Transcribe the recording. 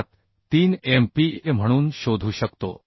73MPa म्हणून शोधू शकतो